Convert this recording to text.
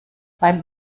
beim